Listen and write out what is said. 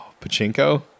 Pachinko